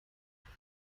ترکی